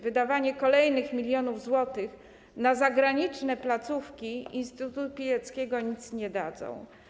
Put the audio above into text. Wydawanie kolejnych milionów złotych na zagraniczne oddziały instytutu Pileckiego nic nie da.